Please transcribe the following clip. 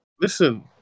Listen